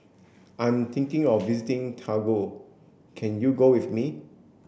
I'm thinking of visiting Togo can you go with me